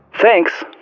Thanks